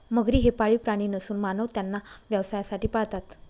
मगरी हे पाळीव प्राणी नसून मानव त्यांना व्यवसायासाठी पाळतात